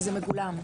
כשזה מגולם.